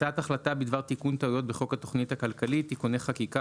בדבר תיקון טעויות בחוק התכנית הכלכלית (תיקוני חקיקה